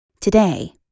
Today